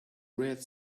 red